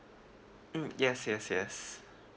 mm yes yes yes